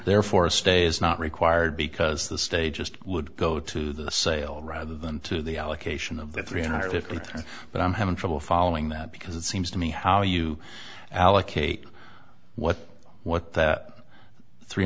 therefore a stay is not required because the stay just would go to the sale rather than to the allocation of the three hundred fifty three but i'm having trouble following that because it seems to me how you allocate what what that three